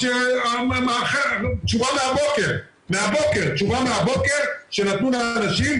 זו תשובה מהבוקר שנתנו לאנשים,